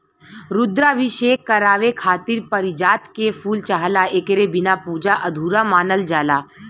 रुद्राभिषेक करावे खातिर पारिजात के फूल चाहला एकरे बिना पूजा अधूरा मानल जाला